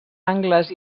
angles